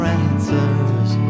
answers